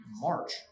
March